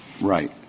Right